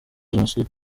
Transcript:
jenoside